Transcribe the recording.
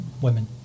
women